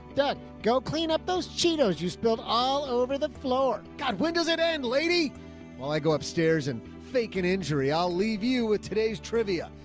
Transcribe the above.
doug, go clean up those chinos. you spilled all over the floor. god, when does it end lady while i go upstairs and fake an injury, i'll leave you with today's trivia.